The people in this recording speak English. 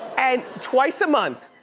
and twice a month.